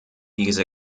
these